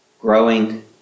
growing